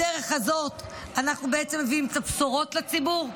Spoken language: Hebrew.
בדרך הזאת אנחנו בעצם מביאים את הבשורות לציבור.